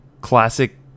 classic